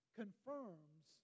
confirms